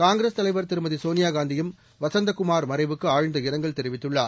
காங்கிரஸ் தலைவர் திருமதி சோனியாகாந்தியும் வசந்தகுமார் மறைவுக்கு ஆழ்ந்த இரங்கல் தெரிவித்துள்ளார்